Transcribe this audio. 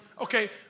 Okay